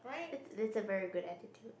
that's that's a very good attitude